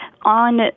on